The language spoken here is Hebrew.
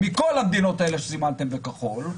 המדינות האלה שסימנתם בכחול,